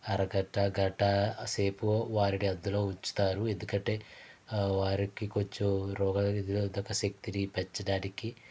అరగంట గంట సేపు వారిని అందులో ఉంచుతారు ఎందుకంటే వారికి కొంచెం రోగ నిరోధక శక్తిని పెంచడానికి